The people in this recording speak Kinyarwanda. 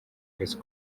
kwezi